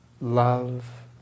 love